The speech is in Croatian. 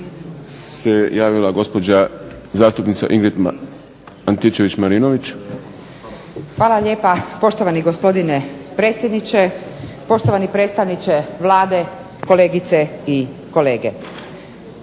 Hvala lijepa poštovani gospodine predsjedniče, poštovani predstavniče Vlade, kolegice i kolege.